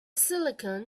silicon